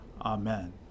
Amen